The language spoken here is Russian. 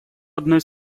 одной